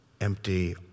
empty